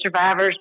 survivors